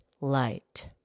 light